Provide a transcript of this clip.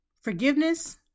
forgiveness